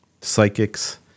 psychics